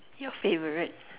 your favorite